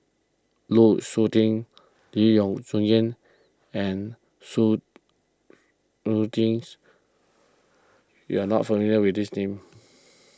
Lu Suitin Lee Boon Jo Yang and su Suitins you are not familiar with these names